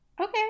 okay